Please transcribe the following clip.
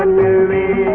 ah movie